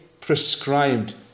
prescribed